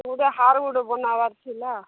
ଗୋଟେ ହାର ଗୋଟେ ବନାବାର ଥିଲା